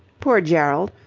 poor gerald!